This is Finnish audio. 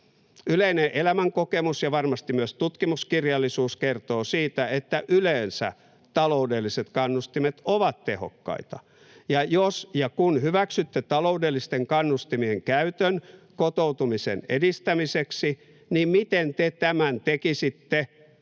Yleinen elämänkokemus ja varmasti myös tutkimuskirjallisuus kertoo siitä, että yleensä taloudelliset kannustimet ovat tehokkaita, ja jos ja kun hyväksytte taloudellisten kannustimien käytön kotoutumisen edistämiseksi, niin miten te tämän tekisitte,